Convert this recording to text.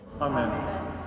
Amen